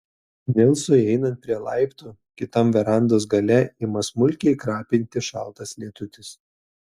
nilsui einant prie laiptų kitam verandos gale ima smulkiai krapinti šaltas lietutis